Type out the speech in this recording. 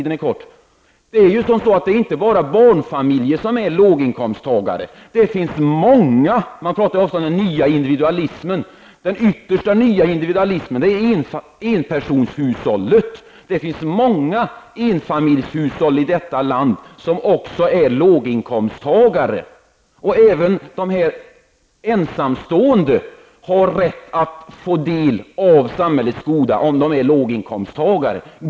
Det är inte bara barnfamiljer som är låginkomsttagare. Man talar ofta om den nya individualismen. Den yttersta nya individualismen är enpersonshushållet. Det finns många enpersonshushåll i detta land som också är låginkomsttagare. Även de ensamstående har rätt att få del av samhällets goda om de är låginkomsttagare.